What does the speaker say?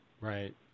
Right